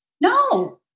No